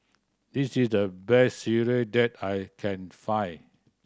this is the best sireh that I can find